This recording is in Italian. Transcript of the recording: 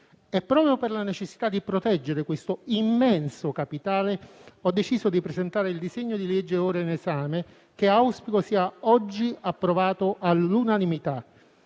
Proprio per la necessità di proteggere questo immenso capitale ho deciso di presentare il disegno di legge ora in esame che auspico sia oggi approvato all'unanimità.